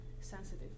sensitive